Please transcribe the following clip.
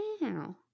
Wow